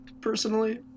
personally